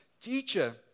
teacher